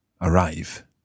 arrive